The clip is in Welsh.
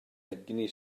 egni